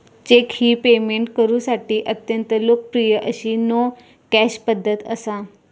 check ही payment करुसाठी अत्यंत लोकप्रिय अशी नो कॅश पध्दत असा